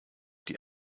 die